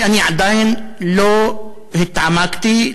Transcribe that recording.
כי עדיין לא התעמקתי,